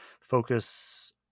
Focus